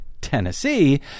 Tennessee